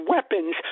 Weapons